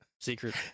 secret